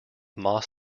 moss